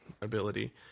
ability